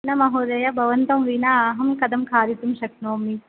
न महोदया भवन्तं विना अहं कथं खादितुं शक्नोमि